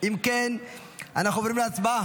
אם כן, אנחנו עוברים להצבעה.